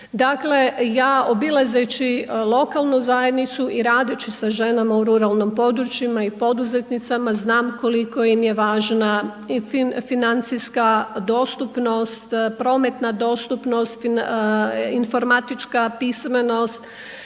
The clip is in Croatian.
Dakle ja obilazeći lokalnu zajednicu i radeći sa ženama u ruralnim područjima i poduzetnicama znam koliko im je važna i financijska dostupnost, prometna dostupnost, informatička pismenost,